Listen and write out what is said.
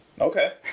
Okay